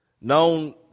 known